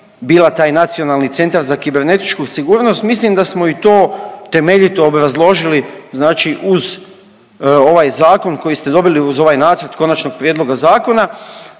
bila taj Nacionalni centar za kibernetičku sigurnost. Mislim da smo i to temeljito obrazložili, znači uz ovaj zakon koji ste dobili uz ovaj Nacrt konačnog prijedloga zakona.